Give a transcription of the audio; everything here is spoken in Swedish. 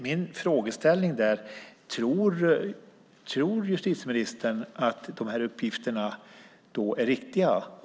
Min frågeställning är: Tror justitieministern att uppgifterna är riktiga?